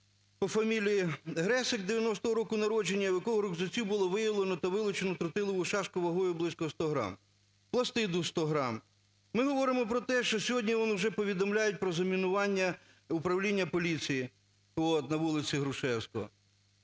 по фамілії Гресик 90-го року народження, в якого в рюкзаці було виявлено та вилучено тротилову шашку вагою близько 100 грам, пластиду – 100 грам. Ми говоримо про те, що сьогодні он уже повідомляють про замінування управління поліції на вулиці Грушевського.